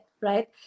right